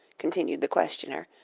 continued the questioner,